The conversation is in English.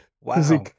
Wow